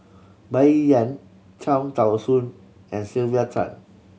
Bai Yan Cham Tao Soon and Sylvia Tan